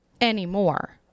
Anymore